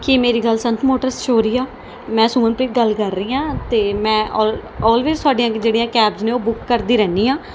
ਕੀ ਮੇਰੀ ਗੱਲ ਸੰਤ ਮੋਟਰਸ 'ਚ ਹੋ ਰਹੀ ਆ ਮੈਂ ਸੁਮਨਪ੍ਰੀਤ ਗੱਲ ਕਰ ਰਹੀ ਹਾਂ ਅਤੇ ਮੈਂ ਔਲ ਔਲਵੇਜ ਤੁਹਾਡੀਆਂ ਜਿਹੜੀਆਂ ਕੈਬਸ ਨੇ ਉਹ ਬੁੱਕ ਕਰਦੀ ਰਹਿੰਦੀ ਹਾਂ